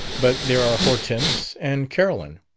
but there are hortense and carolyn.